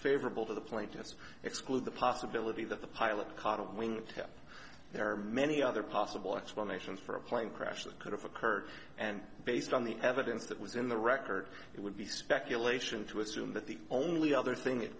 favorable to the plaintiffs exclude the possibility that the pilot coddling him there are many other possible explanations for a plane crash that could have occurred and based on the evidence that was in the record it would be speculation to assume that the only other thing it